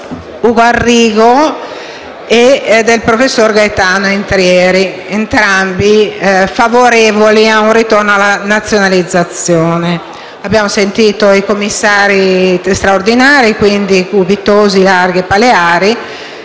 Ugo Arrigo e Gaetano Intrieri, entrambi favorevoli a un ritorno alla nazionalizzazione. Abbiamo sentito i commissari straordinari Gubitosi, Laghi e Paleari,